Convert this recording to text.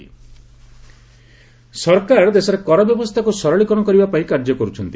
GST ଅଧିଆ ସରକାର ଦେଶରେ କର ବ୍ୟବସ୍ଥାକୁ ସରଳୀକରଣ କରିବା ପାଇଁ କାର୍ଯ୍ୟ କରୁଛନ୍ତି